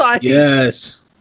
Yes